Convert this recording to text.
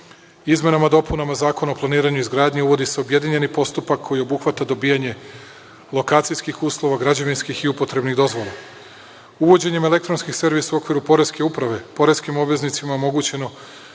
Izmenama i dopunama Zakona o planiranju i izgradnji uvodi se objedinjeni postupak koji obuhvata dobijanje lokacijskih uslova, građevinskih i upotrebnih dozvola. Uvođenjem elektronskih servisa u okviru poreske uprave poreskim obveznicima omogućeno